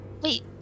Wait